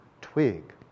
twig